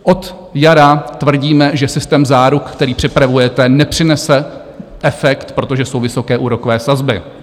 Od jara tvrdíme, že systém záruk, který připravujete, nepřinese efekt, protože jsou vysoké úrokové sazby.